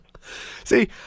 See